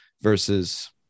versus